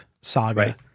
saga